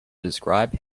describe